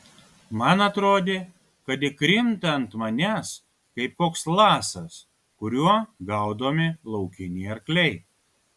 man atrodė kad ji krinta ant manęs kaip koks lasas kuriuo gaudomi laukiniai arkliai